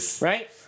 Right